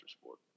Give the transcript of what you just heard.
sport